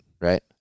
right